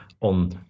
on